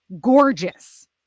gorgeous